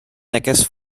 neges